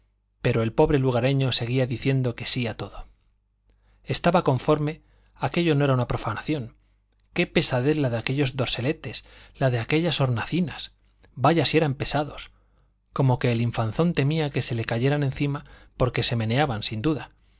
pero el pobre lugareño seguía diciendo que sí a todo estaba conforme aquello era una profanación qué pesadez la de aquellos doseletes la de aquellas hornacinas vaya si eran pesados como que el infanzón temía que se le cayeran encima porque se meneaban sin duda